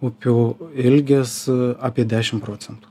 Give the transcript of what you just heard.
upių ilgis apie dešim procentų